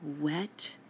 wet